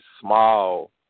small